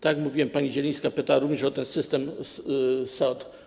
Tak jak mówiłem, pani Zielińska pytała również o ten system SAD.